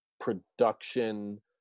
production